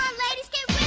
ladies do